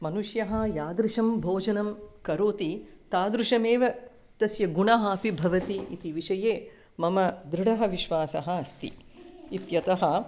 मनुष्यः यादृशं भोजनं करोति तादृशमेव तस्य गुणः अपि भवति इति विषये मम दृढः विश्वासः अस्ति इत्यतः